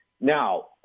Now